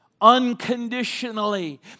unconditionally